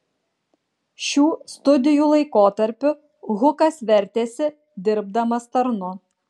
šių studijų laikotarpiu hukas vertėsi dirbdamas tarnu